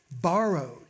borrowed